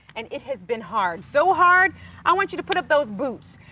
and it has been hard, so hard i want you to put up those boots.